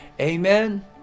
amen